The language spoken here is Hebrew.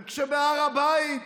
וכשבהר הבית